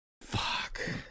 Fuck